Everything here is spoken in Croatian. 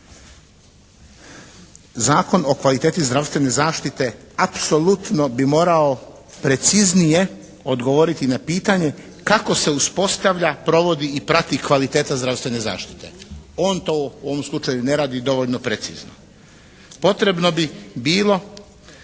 Zakon o kvaliteti zdravstvene zaštite apsolutno bi morao preciznije odgovoriti na pitanje kako se uspostava, provodi i prati kvaliteta zdravstvene zaštite. On to u ovom slučaju ne radi dovoljno precizno. Potrebno bi bilo